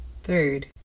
Third